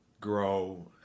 grow